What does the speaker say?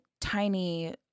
tiny